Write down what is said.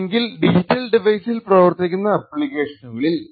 അല്ലെങ്കിൽ ഡിജിറ്റൽ ഡിവൈസിൽ പ്രവർത്തിക്കുന്ന ആപ്പ്ളിക്കേഷനുകളിൽ